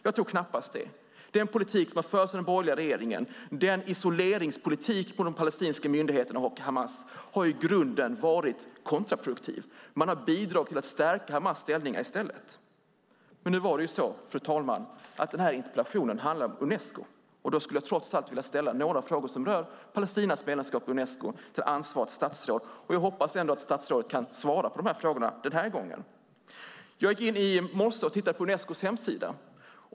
Jag tror knappast det. Den politik som har förts i den borgerliga regeringen, isoleringspolitiken av den palestinska myndigheten och Hamas, har i grunden varit kontraproduktiv. Man har i stället bidragit till att stärka Hamas ställning. Fru talman! Nu handlar den här interpellationen om Unesco. Då vill jag trots allt ställa några frågor som rör Palestinas medlemskap i Unesco till ansvarigt statsråd, och jag hoppas ändå att statsrådet kan svara på frågorna den här gången. Jag tittade i morse på Unescos hemsida.